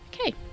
okay